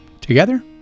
Together